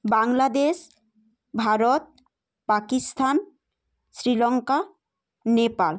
Bangladesh Bharat Pakistan Sri Lanka Nepal